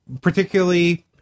Particularly